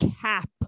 cap